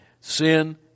sin